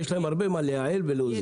יש להם הרבה מה לייעל ולהוזיל.